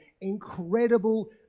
incredible